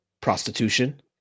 prostitution